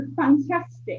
fantastic